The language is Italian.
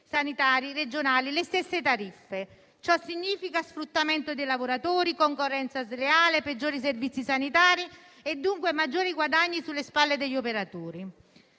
sanitari regionali le stesse tariffe. Tutto questo significa sfruttamento dei lavoratori, concorrenza sleale, peggiori servizi sanitari e, dunque, maggiori guadagni sulle spalle degli operatori.